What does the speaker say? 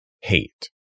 hate